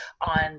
on